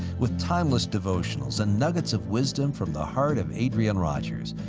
with timeless devotionals and nuggets of wisdom from the heart of adrian rogers,